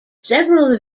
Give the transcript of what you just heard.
several